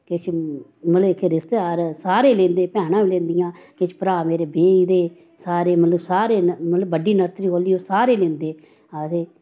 किश मतलव जेह्के रिश्तेदार सारे लेंदे भैनां बी लेंदियां किश भ्रा मेरे ब्होए दे सारे मतलव सारे मतलव बड्डी नर्सरी खोह्ल्ली दी सारे लेंदे आखदे